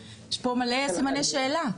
יש פה הרבה סימני שאלה.